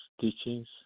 teachings